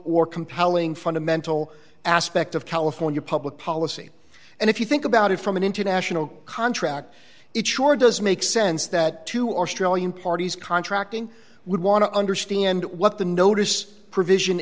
or compelling fundamental aspect of california public policy and if you think about it from an international contract it sure does make sense that two australian parties contracting would want to understand what the notice provision